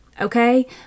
okay